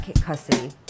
Custody